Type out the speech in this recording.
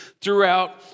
throughout